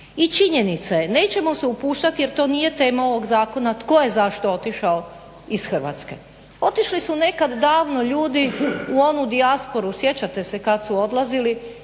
I činjenica je, nećemo se upuštati jer to nije tema ovog zakona tko je zašto otišao iz Hrvatske. Otišli su nekad davno ljudi u onu dijasporu, sjećate se kad su odlazili,